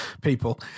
people